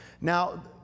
Now